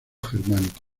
germánico